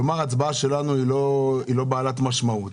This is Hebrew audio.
ההצבעה שלנו נטולת משמעות.